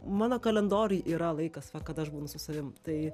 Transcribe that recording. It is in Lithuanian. mano kalendoriuj yra laikas kada aš būnu su savim tai